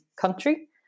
country